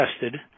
tested